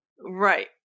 Right